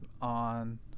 on